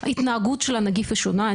התנהגות של הנגיף היא שונה,